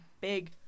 big